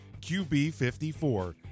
QB54